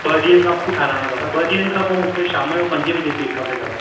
ॿ ॾींहनि खां पोइ ठाराहिणो आहे दादा ॿ ॾींहनि खां पोइ मूंखे शाम जो पंजे बजे केक खपे दादा